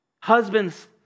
Husbands